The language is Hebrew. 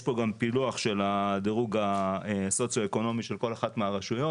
יש פה גם פילוח של הדירוג הסוציו-אקונומי של כל אחת מהרשויות,